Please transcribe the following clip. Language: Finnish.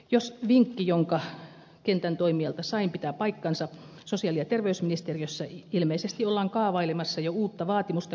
jos vinkki jonka kentän toimijalta sain pitää paikkansa sosiaali ja terveysministeriössä ilmeisesti ollaan kaavailemassa jo uutta vaatimusta kuntakentälle